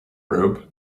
robe